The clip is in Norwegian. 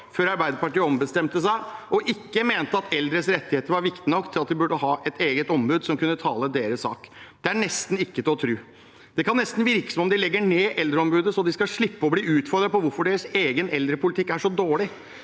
før Arbeiderpartiet ombestemte seg og ikke lenger mente at eldres rettigheter var viktige nok til at vi burde ha et eget ombud som kan tale deres sak. Det er nesten ikke til å tro. Det kan nesten virke som om de legger ned eldreombudet så de skal slippe å bli utfordret på hvorfor deres egen eldrepolitikk er så dårlig.